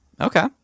Okay